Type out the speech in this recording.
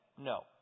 No